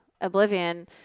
oblivion